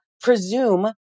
presume